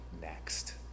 next